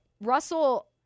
Russell